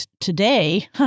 today